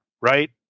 right